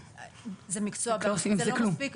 רק לא עושים עם זה כלום.